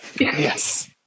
Yes